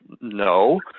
No